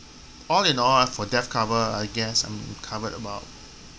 all in all ah for death cover I guess I'm I'm covered about